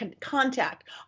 contact